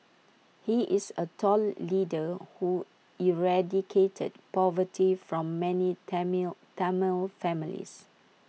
he is A tall leader who eradicated poverty from many Tamil Tamil families